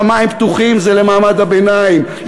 שמים פתוחים, זה למעמד הביניים.